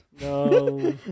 No